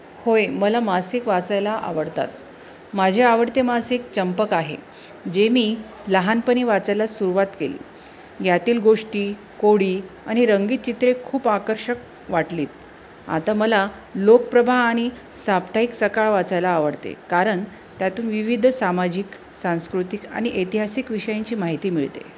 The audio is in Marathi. होय मला मासिक वाचायला आवडतात माझे आवडते मासिक चंपक आहे जे मी लहानपणी वाचायला सुरुवात केली यातील गोष्टी कोडी आणि रंगीत चित्रे खूप आकर्षक वाटली आहेत आता मला लोकप्रभा आणि साप्ताहिक सकाळ वाचायला आवडते कारण त्यातून विविध सामाजिक सांस्कृतिक आणि ऐतिहासिक विषयांची माहिती मिळते